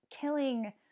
killing